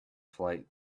flight